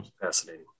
Fascinating